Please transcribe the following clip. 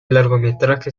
largometraje